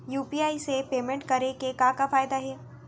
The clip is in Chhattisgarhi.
यू.पी.आई से पेमेंट करे के का का फायदा हे?